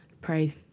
Pray